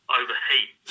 overheat